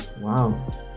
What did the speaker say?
Wow